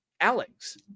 alex